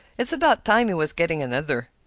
it's about time he was getting another.